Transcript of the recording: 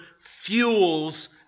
fuels